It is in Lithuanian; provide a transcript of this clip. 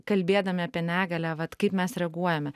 kalbėdami apie negalią vat kaip mes reaguojame